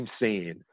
insane